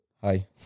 Hi